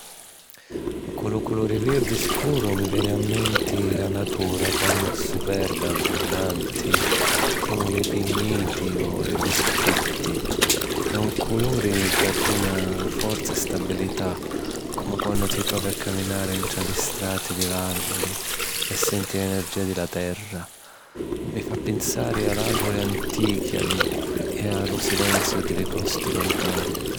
Cu lu virdi scuru mi veni a menti la natura quannu è superba e abbunnanti, comu li pigniti o li voschi fitti. E' un culuri ca duna forza e stabilità, comu quannu ti trovi a caminari ntra li strati di l’àrvuli e senti l’energìa di la terra. Mi fa pinsari a l’àrvuli antichi e a li lu silenziu di li posti luntani.